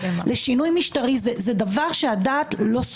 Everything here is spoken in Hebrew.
לדון בתהליך הזה?